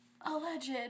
alleged